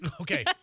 Okay